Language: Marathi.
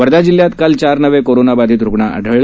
वर्धा जिल्ह्यात काल चार नवे कोरोनाबाधित रुग्ण आढळले